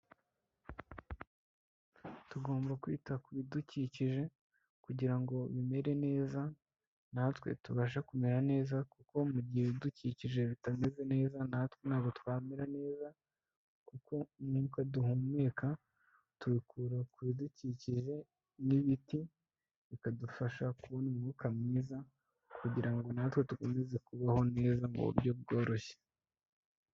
Tugomba kwita ku bidukikije kugira ngo bimere neza natwe tubashe kumera neza, kuko mu gihe ibidukikije bitameze neza natwe ntabwo twamera neza, kuko umwuka duhumeka tuwukura ku bidukikije n'ibiti, bikadufasha kubona umwuka mwiza kugira ngo natwe dukomeze kubaho neza mu buryo bworoshye.